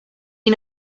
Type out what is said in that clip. you